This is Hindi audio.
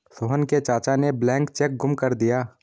सोहन के चाचा ने ब्लैंक चेक गुम कर दिया